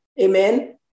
Amen